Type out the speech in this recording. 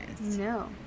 No